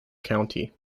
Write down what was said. county